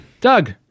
Doug